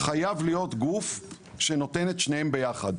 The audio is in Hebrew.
חייב להיות גוף שנותן את שניהם ביחד.